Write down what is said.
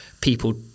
people